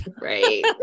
Right